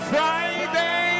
Friday